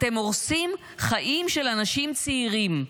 אתם הורסים חיים של אנשים צעירים.